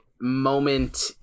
moment